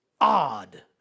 odd